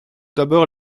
d’abord